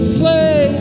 play